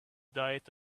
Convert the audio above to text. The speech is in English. diet